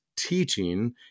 teaching